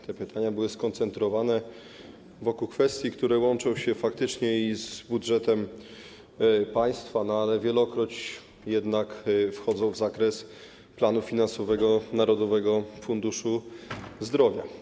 Te pytania były skoncentrowane wokół kwestii, które łączą się faktycznie i z budżetem państwa, no ale wielokroć jednak wchodzą w zakres planu finansowego Narodowego Funduszu Zdrowia.